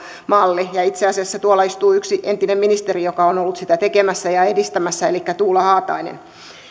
malli ja itse asiassa tuolla istuu yksi entinen ministeri joka on ollut sitä tekemässä ja edistämässä elikkä tuula haatainen